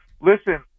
Listen